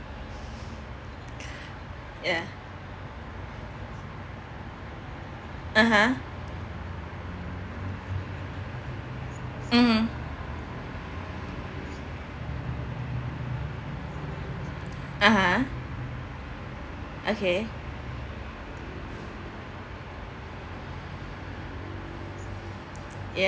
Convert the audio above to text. ya (uh huh) mmhmm (uh huh) okay ya